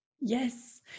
Yes